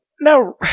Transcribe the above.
Now